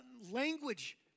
language